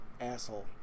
Asshole